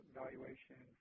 valuation